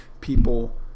people